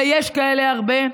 ויש כאלה הרבה.